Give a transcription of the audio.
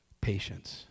Patience